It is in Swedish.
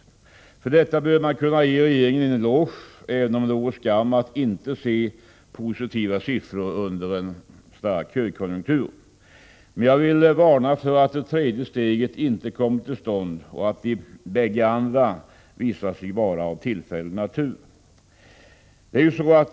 För detta bör man kunna ge regeringen en eloge, även om det vore skam att inte se positiva siffror under en stark högkonjunktur. Men jag vill varna för att det tredje steget inte kommer till stånd och att de bägge andra visar sig vara av tillfällig natur.